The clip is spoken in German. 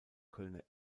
kölner